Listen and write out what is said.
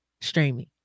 streaming